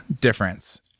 difference